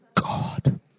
god